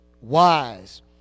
wise